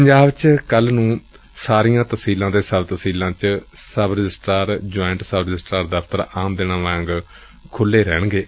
ਪੰਜਾਬ ਚ ਕੱਲੁ ਸ਼ਨੀਵਾਰ ਨੂੰ ਸਾਰੀਆਂ ਤਸੀਲਾਂ ਅਤੇ ਸਬ ਤਸੀਲਾਂ ਵਿਚ ਸਬ ਰਜਿਸਟਰਾਰਜੁਆਇੰਟ ਸਬ ਰਜਿਸਟਰਾਰ ਦਫਤਰ ਆਮ ਦਿਨਾਂ ਦੀ ਤਰਾਂ ਖੁੱਲ੍ਜੇ ਰਹਿਣਗੇ